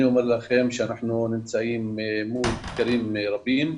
אני אומר לכם שאנחנו נמצאים מול מחקרים רבים,